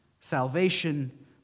salvation